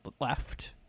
left